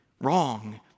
Wrong